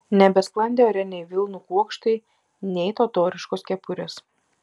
nebesklandė ore nei vilnų kuokštai nei totoriškos kepurės